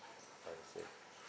I see